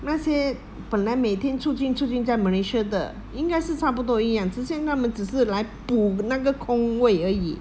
那些本来每天出进出进在 malaysia 的应该是差不多一样之前他们只是来补那个空位而已